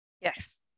yes